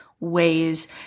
ways